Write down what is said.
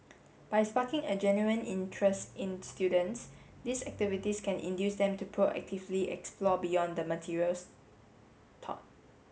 by sparking a genuine interest in students these activities can induce them to proactively explore beyond the materials taught